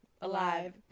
alive